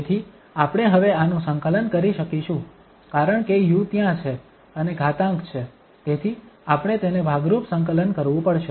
તેથી આપણે હવે આનું સંકલન કરી શકીશું કારણ કે u ત્યાં છે અને ઘાતાંક છે તેથી આપણે તેને ભાગરૂપ સંકલન કરવું પડશે